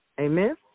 amen